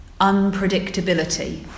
unpredictability